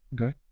Okay